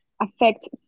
affect